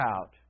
out